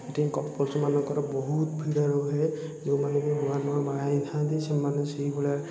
ସେଇଠି କପୁଲ୍ସ୍ମାନଙ୍କର ବହୁତ ଭିଡ଼ ରୁହେ ଯେଉଁମାନେକି ନୂଆ ନୂଆ ବାହା ହେଇଥାଆନ୍ତି ସେମାନେ ସେହିଭଳିଆ